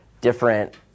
different